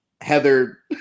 Heather